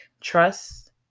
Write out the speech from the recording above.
trust